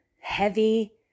heavy